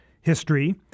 history